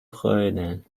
خوردن